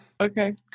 okay